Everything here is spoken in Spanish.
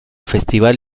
festival